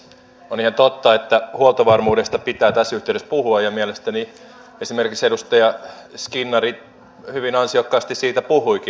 on ihan totta että huoltovarmuudesta pitää tässä yhteydessä puhua ja mielestäni esimerkiksi edustaja skinnari hyvin ansiokkaasti siitä puhuikin